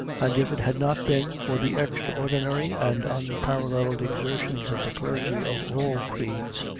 and if it had not been for the extraordinary and unparalleled exertions of the clergy of all creeds,